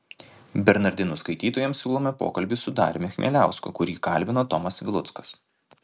bernardinų skaitytojams siūlome pokalbį su dariumi chmieliausku kurį kalbino tomas viluckas